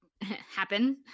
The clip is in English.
happen